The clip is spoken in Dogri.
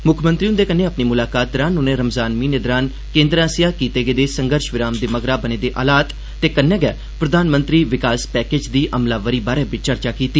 मुक्खमंत्री हुन्दे कन्नै अपनी मुलाकाते दौरान उनें रमजान म्हीने दौरान केन्द्र आस्सेआ कीते गेदे संघर्ष विराम दे मगरा बने दे हालात ते कन्नै गै प्रधानमंत्री विकास पैकेज दी अमलावरी बारै बी चर्चा कीती